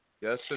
Yes